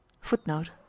Footnote